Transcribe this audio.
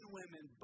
women